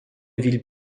ville